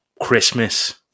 christmas